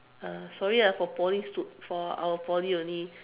uh sorry ah for Poly stu~ for out Poly only